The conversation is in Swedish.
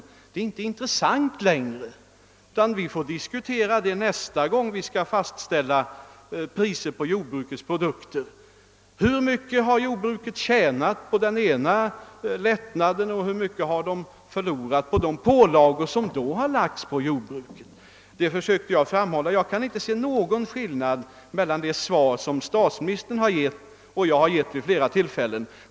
Skattefrågorna är inte intressanta nu, utan vi får diskutera dem när vi nästa gång skall fastställa priser på jordbrukets produkter. Då får vi ta ställning till hur mycket jordbruket har tjänat på lättnaderna och hur mycket det har förlorat genom pålagorna. Jag kan inte se någon skillnad mellan det svar som statsministern givit och de besked som jag själv lämnat vid flera tillfällen.